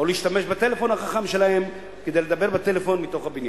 להשתמש בטלפון החכם שלהם כדי לדבר בטלפון מתוך הבניין.